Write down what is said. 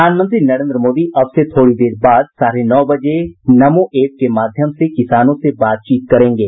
प्रधानमंत्री नरेन्द्र मोदी अब से थोड़ी देर बाद साढ़े नौ बजे नमो एप के माध्यम से किसानों से बातचीत करेंगे